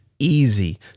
easy